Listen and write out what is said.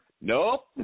nope